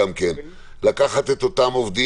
את אומרת אוטומטית.